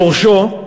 יורשו,